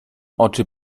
oczy